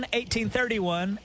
1831